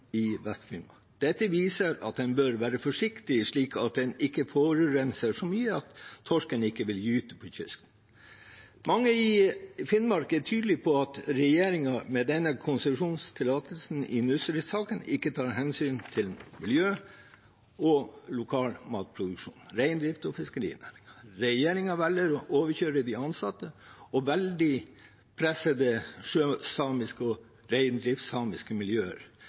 i Vest-Finnmark. Dette viser at man bør være forsiktig, slik at man ikke forurenser så mye at torsken ikke vil gyte på kysten. Mange i Finnmark er tydelige på at regjeringen med denne konsesjonstillatelsen i Nussir-saken ikke tar hensyn til miljøet, lokal matproduksjon, reindrift og fiskerinæringen. Regjeringen velger å overkjøre de ansatte og veldig pressede sjøsamiske og reindriftssamiske miljøer